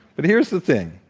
but here's the thing.